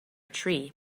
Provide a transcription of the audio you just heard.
tree